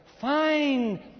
find